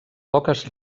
poques